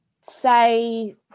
say